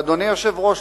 אדוני היושב-ראש,